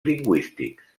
lingüístics